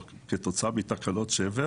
או כתוצאה מתקלות שבר